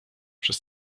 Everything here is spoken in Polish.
przez